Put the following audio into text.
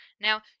Now